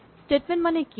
statement মানে কি